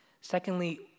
Secondly